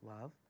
love